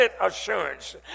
assurance